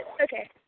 Okay